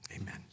amen